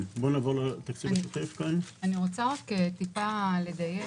אני רוצה לדייק.